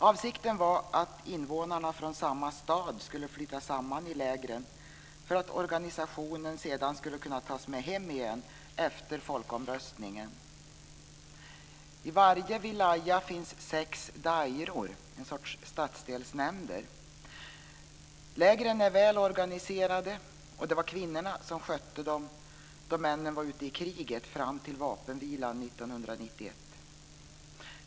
Avsikten var att invånarna från samma stad skulle flytta samman i lägren för att organisationen sedan skulle kunna tas med hem igen efter folkomröstningen. I varje wilaya finns sex dairor, en sorts stadsdelsnämnder. Lägren är väl organiserade, och det var kvinnorna som skötte dem när männen var ute i kriget fram till vapenvilan 1991.